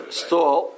stall